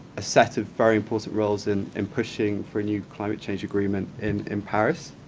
a set of very important roles in in pushing for a new climate change agreement in in paris.